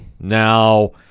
Now